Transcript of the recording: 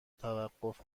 توقف